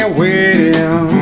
waiting